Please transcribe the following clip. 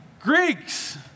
Greeks